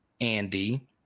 Andy